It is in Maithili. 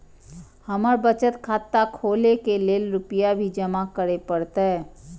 हमर बचत खाता खोले के लेल रूपया भी जमा करे परते?